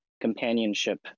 companionship